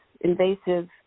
invasive